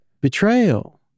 betrayal